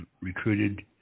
recruited